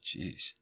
Jeez